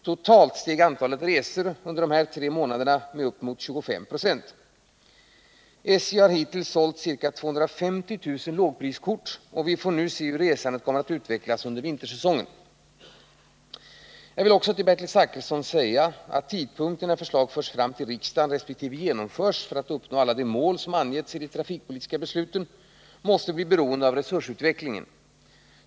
Totalt steg antalet resor under dessa tre månader med uppemot 25 246. Hittills har SJ sålt ca 250 000 lågpriskort, och vi Nr 26 får nu se hur resandet kommer att utvecklas under vintersäsongen. Måndagen den Jag vill också till Bertil Zachrisson säga att tidpunkten när förslag förs fram 12 november 1979 till riksdagen resp. genomförs för att uppnå alla de mål som angetts i de trafikpolitiska besluten måste bli beroende av resursutvecklingen.